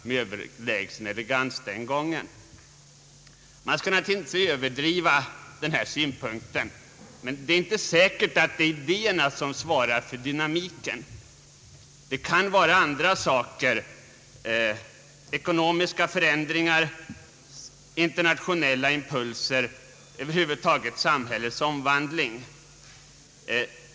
Man skall naturligtvis inte överdriva den här synpunkten, men det är inte säkert att det är idéerna som svarar för dynamiken. Det kan vara andra saker — ekonomiska förändringar, internationella impulser, över huvud taget samhällets omvandling.